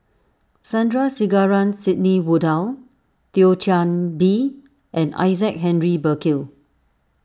Sandrasegaran Sidney Woodhull Thio Chan Bee and Isaac Henry Burkill